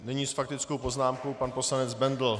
Nyní s faktickou poznámkou pan poslanec Bendl.